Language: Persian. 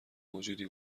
موجودی